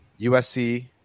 USC